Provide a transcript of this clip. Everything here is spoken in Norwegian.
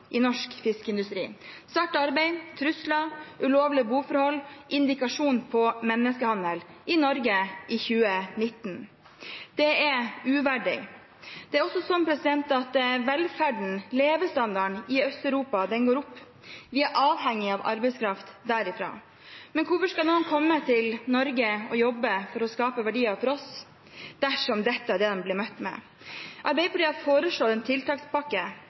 i norsk fiskeindustri: svart arbeid, trusler, ulovlige boforhold, indikasjon på menneskehandel – i Norge i 2019. Det er uverdig. Det er også sånn at velferden og levestandarden i Øst-Europa går opp. Vi er avhengig av arbeidskraft derfra, men: Hvorfor skal noen komme til Norge og jobbe for å skape verdier for oss dersom dette er det de blir møtt med? Arbeiderpartiet har foreslått en tiltakspakke.